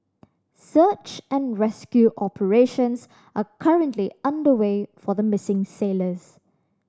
search and rescue operations are currently underway for the missing sailors